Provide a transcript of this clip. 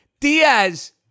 Diaz